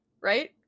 right